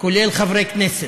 כולל חברי כנסת,